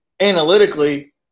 analytically